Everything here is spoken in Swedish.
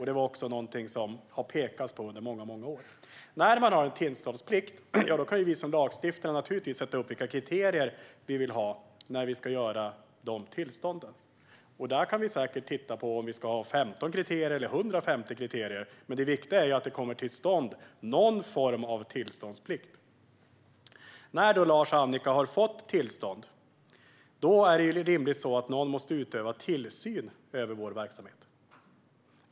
Det är också någonting som det har pekats på under många år. När det finns en tillståndsplikt kan vi som lagstiftare naturligtvis sätta upp vilka kriterier som vi vill ha för att utfärda dessa tillstånd. Där kan vi säkert titta på om vi ska ha 15 eller 150 kriterier. Men det viktiga är att det kommer till stånd någon form av tillståndsplikt. När Lars och Annika har fått tillstånd måste någon rimligen utöva tillsyn över deras verksamhet.